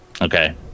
Okay